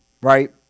right